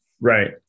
Right